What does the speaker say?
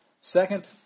Second